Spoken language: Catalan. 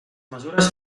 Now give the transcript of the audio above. mesures